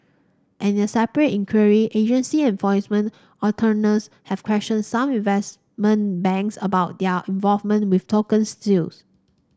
and in a separate inquiry agency enforcement attorneys have questioned some investment banks about their involvement with token sales